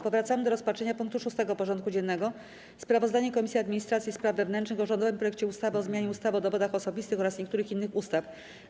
Powracamy do rozpatrzenia punktu 6. porządku dziennego: Sprawozdanie Komisji Administracji i Spraw Wewnętrznych o rządowym projekcie ustawy o zmianie ustawy o dowodach osobistych oraz niektórych innych ustaw.